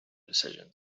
decisions